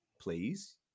please